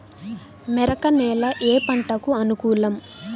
మెరక నేల ఏ పంటకు అనుకూలం?